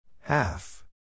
Half